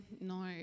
no